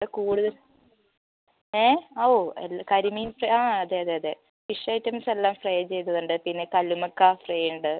ഇവിടെ കൂടുതൽ ഏ ഓ കരിമീൻ ഫ്രൈ ആ അതെ അതെ അതെ ഫിഷ് ഐറ്റംസ് എല്ലാം ഫ്രൈ ചെയ്തത് ഉണ്ട് പിന്നെ കല്ലുമ്മക്കായ ഫ്രൈ ഉണ്ട്